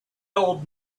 old